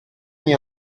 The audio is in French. n’y